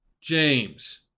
James